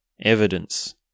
evidence